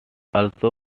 also